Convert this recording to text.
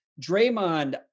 Draymond